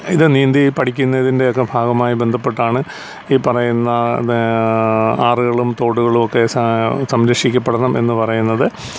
ഇത് നീന്തി പഠിക്കുന്നതിൻ്റെ ഒക്കെ ഭാഗമായി ബന്ധപ്പെട്ടാണ് ഈ പറയുന്ന ആറുകളും തോടുകളുമൊക്കെ സംരക്ഷിക്കപ്പെടണം എന്ന് പറയുന്നത്